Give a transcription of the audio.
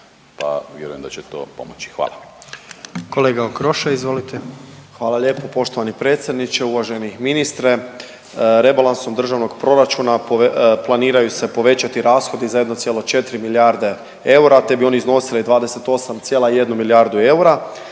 Kolega Okroša, izvolite. **Okroša, Tomislav (HDZ)** Hvala lijepo poštovani predsjedniče, uvaženi ministre. Rebalansom državnog proračuna planiraju se povećati rashodi za 1,4 milijarde eura, te bi oni iznosili 28,1 milijardu eura.